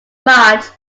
march